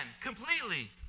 completely